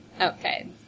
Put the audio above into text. Okay